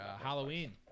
Halloween